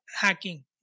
hacking